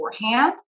beforehand